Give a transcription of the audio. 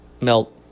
melt